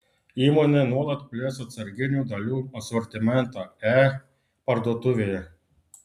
įmonė nuolat plės atsarginių dalių asortimentą e parduotuvėje